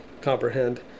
comprehend